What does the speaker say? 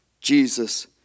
Jesus